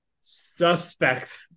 suspect